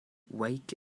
wake